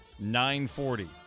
9-40